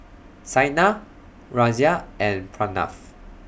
Saina Razia and Pranav